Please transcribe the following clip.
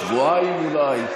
לפני שבועיים אולי,